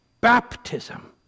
Baptism